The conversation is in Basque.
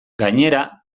gainera